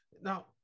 Now